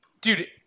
Dude